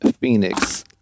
Phoenix